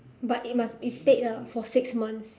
but it must it's paid ah for six months